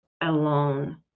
alone